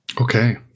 Okay